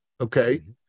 Okay